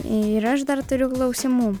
ir aš dar turiu klausimų